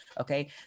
Okay